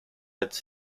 its